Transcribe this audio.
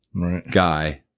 guy